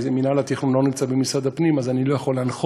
מינהל התכנון לא נמצא במשרד הפנים אז אני לא יכול להנחות.